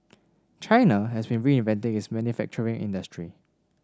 China has been reinventing its manufacturing industry